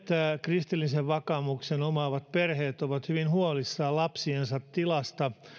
kristillisen vakaumuksen omaavat perheet ovat hyvin huolissaan lapsiensa tilasta